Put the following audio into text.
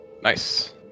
Nice